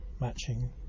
matching